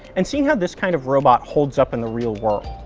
and seeing how this kind of robot holds up in the real world.